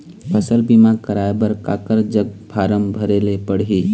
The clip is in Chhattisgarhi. फसल बीमा कराए बर काकर जग फारम भरेले पड़ही?